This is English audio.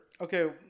Okay